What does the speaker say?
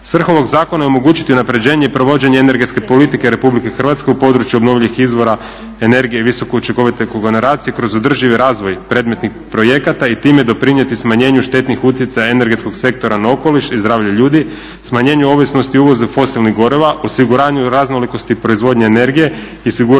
Svrha ovog zakona je omogućiti unapređenje i provođenje energetske politike RH u području obnovljivih izvora energije i visokoučinkovite kogeneracije kroz održivi razvoj predmetnih projekta i time doprinijeti smanjenju štetnih utjecaja energetskog sektora na okoliš i zdravlje ljudi, smanjenje ovisnosti o uvozu fosilnih govorim, osiguranju raznolikosti i proizvodnje energije i sigurnosti